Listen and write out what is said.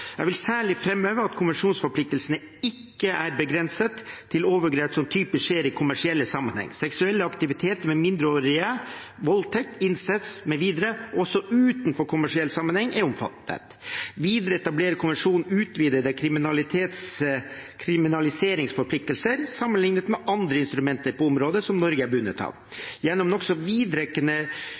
Jeg vil særlig framheve at konvensjonsforpliktelsene ikke er begrenset til overgrep som typisk skjer i kommersiell sammenheng. Seksuelle aktiviteter med mindreårige, voldtekt, incest mv. også utenfor kommersiell sammenheng er omfattet. Videre etablerer konvensjonen utvidede kriminaliseringsforpliktelser sammenlignet med andre instrumenter på området som Norge er bundet av. Gjennom nokså